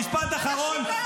--- משפט אחרון.